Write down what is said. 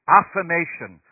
affirmation